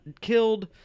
killed